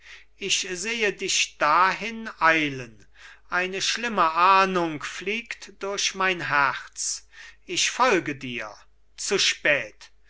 ich sehe dich dahin eilen eine schlimme ahndung fliegt durch mein herz ich folge dir zu spät